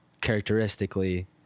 characteristically